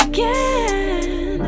Again